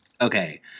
Okay